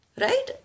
Right